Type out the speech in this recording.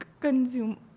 consume